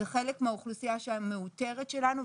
זה חלק מהאוכלוסייה המאותרת שלנו,